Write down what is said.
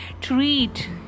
treat